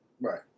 Right